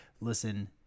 listen